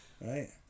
Right